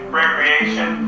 recreation